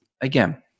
again